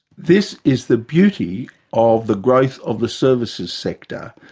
this is the beauty of the growth of the services sector.